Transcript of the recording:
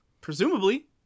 Presumably